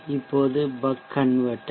இப்போது இது buck converter